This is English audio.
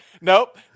nope